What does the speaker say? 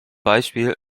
beispiel